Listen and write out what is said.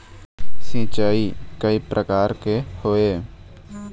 सिचाई कय प्रकार के होये?